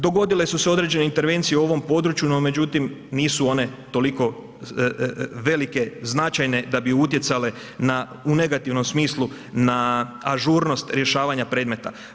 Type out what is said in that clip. Dogodile su se određen intervencije u ovom području, no međutim nisu one toliko velike, značajne da bi utjecale u negativnom smislu na ažurnost rješavanja predmeta.